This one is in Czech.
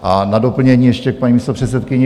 A na doplnění ještě k paní místopředsedkyni.